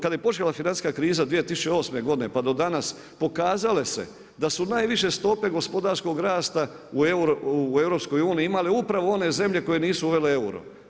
Kad je počela financijska kriza, 2008. godine pa do danas, pokazale se da su najviše stope gospodarskog rasta u EU-u imale upravo one zemlje koje nisu uvele euro.